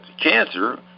cancer